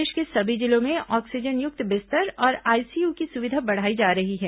प्रदेश के सभी जिलों में ऑक्सीजनयुक्त बिस्तर और आईसीयू की सुविधा बढ़ाई जा रही है